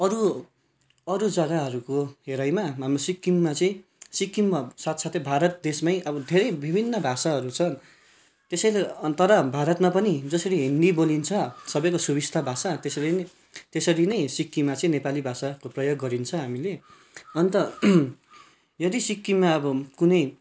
अरू अरू जग्गाहरूको हेराइमा हाम्रो सिक्किममा चाहिँ सिक्किममा साथसाथै भारत देशमै अब धेरै विभिन्न भाषाहरू छन् त्यसैले तर भारतमा पनि जसरी हिन्दी बोलिन्छ सबैको सुविस्ता भाषा त्यसरी नै त्यसरी नै सिक्किममा चाहिँ नेपाली भाषाको प्रयोग गरिन्छ हामीले अन्त यदि सिक्किममा अब कुनै